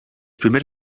primers